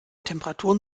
temperaturen